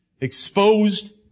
Exposed